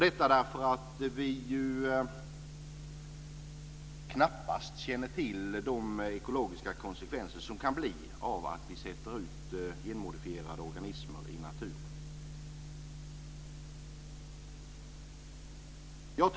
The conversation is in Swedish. Vi känner knappast till de ekologiska konsekvenserna av att vi sätter ut genmodifierade organismer i naturen.